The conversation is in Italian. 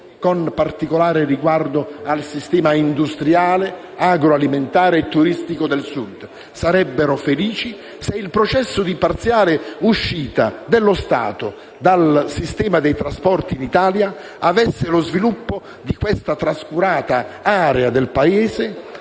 con particolare riguardo al sistema industriale, agroalimentare e turistico del Sud - sarebbero felici se il processo di parziale uscita dello Stato dal sistema dei trasporti in Italia avesse lo sviluppo di questa trascurata area del Paese